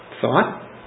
thought